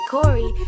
Corey